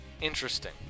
Interesting